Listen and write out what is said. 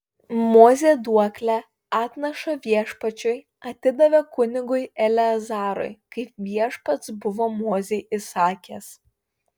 mozė duoklę atnašą viešpačiui atidavė kunigui eleazarui kaip viešpats buvo mozei įsakęs